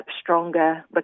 stronger